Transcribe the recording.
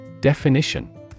Definition